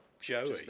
Joey